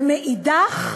ומאידך,